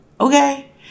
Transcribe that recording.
okay